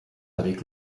avec